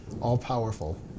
All-powerful